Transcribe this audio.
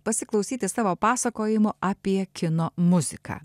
pasiklausyti savo pasakojimo apie kino muziką